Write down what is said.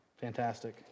Fantastic